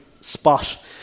spot